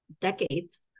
decades